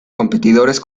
competidores